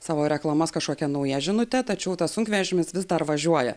savo reklamas kažkokia nauja žinute tačiau tas sunkvežimis vis dar važiuoja